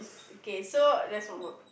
okay so let's move on